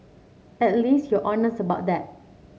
at least you're honest about that